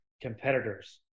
competitors